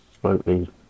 slightly